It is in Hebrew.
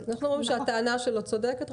אנחנו אומרים שהטענה שלו צודקת,